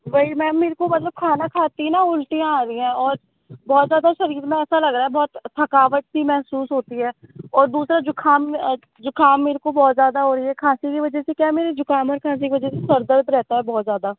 वही मैम मेरे को मतलब खाना खाते ही न उल्टियाँ आ रही हैं और बहुत ज़्यादा शरीर में ऐसा लग रहा है कि बहुत थकावट सी महसूस होती है और दूसरा जुकाम जुकाम मेरे को बहुत ज़्यादा हो रही है खाँसी की वजह से क्या मेरे जुखाम और सर्दी की वजह से सर दर्द रहता है बहुत ज़्यादा